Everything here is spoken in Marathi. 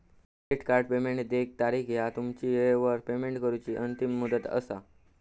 क्रेडिट कार्ड पेमेंट देय तारीख ह्या तुमची वेळेवर पेमेंट करूची अंतिम मुदत असा